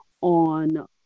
on